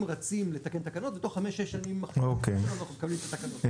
רצים לתקן תקנות ובתוך 5-6 שנים אנחנו מקבלים את התקנות.